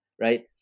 right